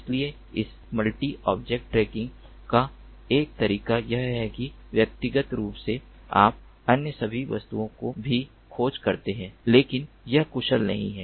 इसलिए इस multi object tracking का एक तरीका यह है कि व्यक्तिगत रूप से आप अन्य सभी वस्तुओं को भी खोज करते रहें लेकिन यह कुशल नहीं है